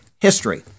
history